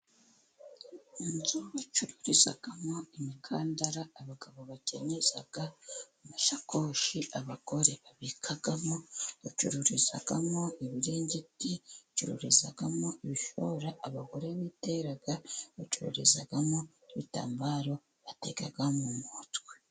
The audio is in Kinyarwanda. Inzu bacururizamo imikandara abagabo bakenyeza, amasakoshi abagore babikamo, bacururizamo ibiringiti, bacururizamo ibishora abagore bitera, bacururizamo ibitambaro batekaga mu mutwe.